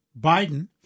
Biden